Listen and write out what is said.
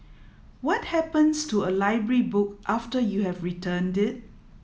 what happens to a library book after you have returned it